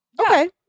Okay